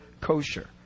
kosher